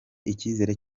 icyizere